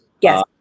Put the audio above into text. Yes